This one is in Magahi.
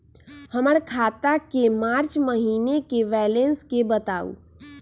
हमर खाता के मार्च महीने के बैलेंस के बताऊ?